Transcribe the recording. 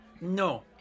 No